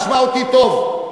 תשמע אותי טוב,